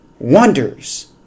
wonders